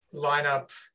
lineup